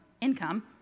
income